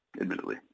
admittedly